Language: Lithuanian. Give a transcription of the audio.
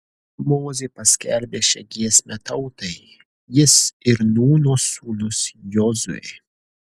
mozė paskelbė šią giesmę tautai jis ir nūno sūnus jozuė